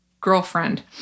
girlfriend